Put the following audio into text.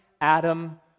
Adam